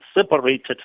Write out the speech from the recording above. separated